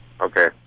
Okay